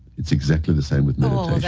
it's exactly the same with